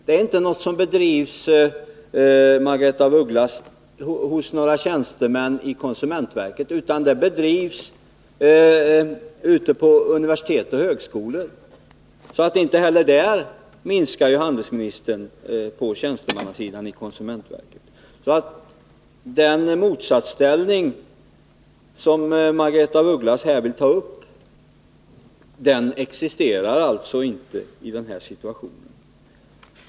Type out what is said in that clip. Det är, Margaretha af Ugglas, inte en forskning som bedrivs av tjänstemän i konsumentverket, utan den bedrivs ute på universitet och högskolor. Inte heller i det avseendet minskar handelsministern på tjänstemannasidan i konsumentverket. Den motsatsställning som Margaretha af Ugglas nu vill tala om existerar alltså inte i den här situationen.